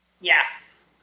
Yes